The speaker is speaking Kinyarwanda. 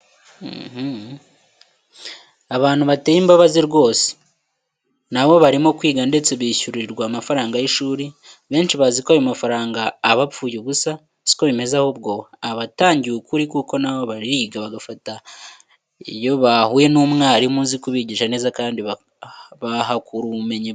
Abantu bateye imbabazi rwose! bUu na bo barimo kwiga ndetse bishyurirwa amafaranga y'ishuri, abenshi bazi ko aya mafaranga aba apfuye ubusa, si ko bimeze ahubwo aba atangiwe ukuri kuko na bo bariga bagafata iyo bahuye n'umwarimu uzi kubigisha neza kandi bahakura ubumenyi bwinshi.